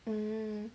mm